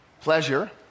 pleasure